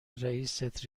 رئیست